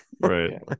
right